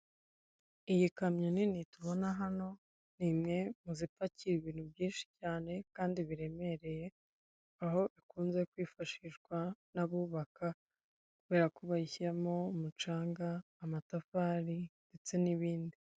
Iyi kamyo nini tubona hano n'imwe muzipakiye ibintu byinshi cyane kandi biremereye aho ikunze kwifashishwa n'abubaka kubera ko bayishyiramo umucanga, amatafari ndetse n'ibindi.